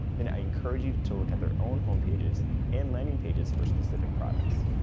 then i encourage you to look at their own homepages and landing pages for specific products.